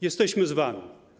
Jesteśmy z wami.